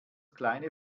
kleine